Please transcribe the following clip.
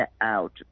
out